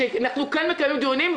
אנחנו כן מקיימים דיונים,